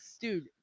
Dude